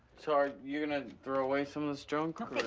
sorry, you're gonna throw away some of this junk